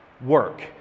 work